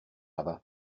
other